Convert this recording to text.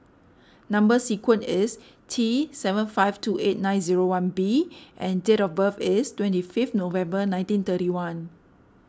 Number Sequence is T seven five two eight nine zero one B and date of birth is twenty fifth November nineteen thirty one